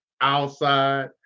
outside